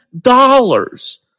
dollars